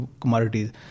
commodities